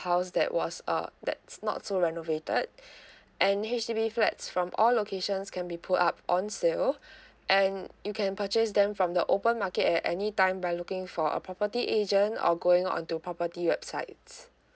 house that was uh that's not so renovated and H_D_B flats from all locations can be put up on sale and you can purchase them from the open market at any time by looking for a property agent or going onto property websites